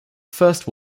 first